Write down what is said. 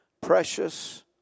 precious